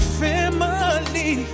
family